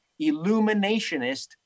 illuminationist